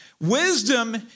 Wisdom